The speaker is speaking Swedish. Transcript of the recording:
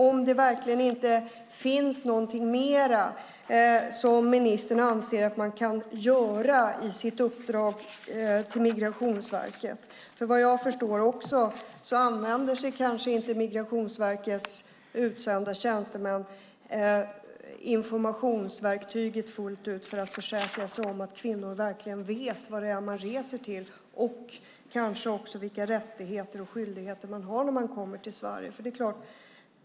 Finns det verkligen inte något mer som ministern anser att man kan göra i uppdraget till Migrationsverket? Vad jag förstår använder sig kanske inte Migrationsverkets utsända tjänstemän av informationsverktyget fullt ut för att försäkra sig om att kvinnor verkligen vet vad det är de reser till eller vilka rättigheter och skyldigheter de har när de kommer till Sverige.